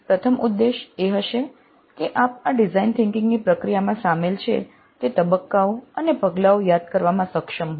પ્રથમ ઉદ્દેશ એ હશે કે આપ કે આ design thinking ની પ્રક્રિયામાં સામેલ છે તે તબક્કાઓ અને પગલાંઓ યાદ કરવામાં સક્ષમ હો